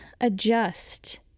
adjust